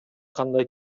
кандай